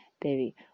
Baby